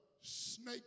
snake